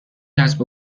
کسب